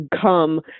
come